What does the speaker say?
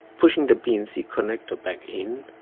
pushing the bnc connector back in